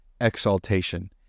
exaltation